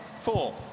Four